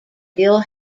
ill